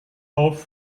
auf